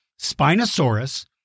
Spinosaurus